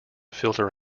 filter